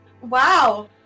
Wow